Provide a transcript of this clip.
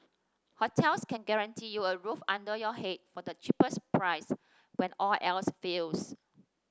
hostels can guarantee you a roof under your head for the cheapest price when all else fails